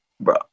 Bro